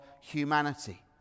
humanity